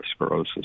atherosclerosis